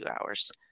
hours